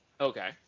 Okay